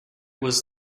was